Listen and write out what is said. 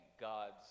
God's